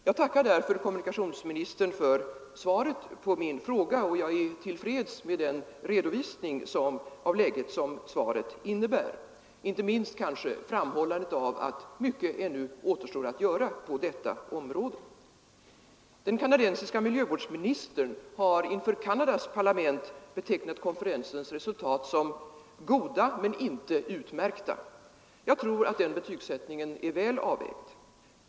Jag tackar därför kommunikationsministern för svaret på min fråga, och jag är till freds med den redovisning som svaret innebär, inte minst kanske framhållandet av att mycket ännu återstår att göra på detta område. Den kanadensiska miljövårdsministern har inför Canadas parlament betecknat konferensens resultat som ”goda men inte utmärkta”. Jag tror att den betygsättningen är väl avvägd.